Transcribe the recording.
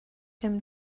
him